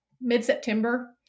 mid-September